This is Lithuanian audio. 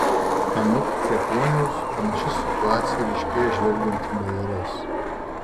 anot liepuoniaus panaši situacija ryškėja žvelgiant į bajores